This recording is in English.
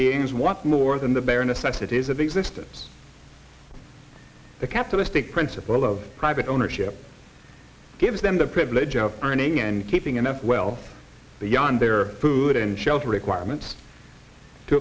want more than the bare necessities of existence the capitalist pig principle of private ownership gives them the privilege of earning and keeping enough well beyond their food and shelter requirements to